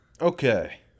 Okay